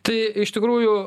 tai iš tikrųjų